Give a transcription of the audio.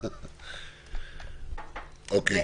אוקי.